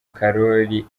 karori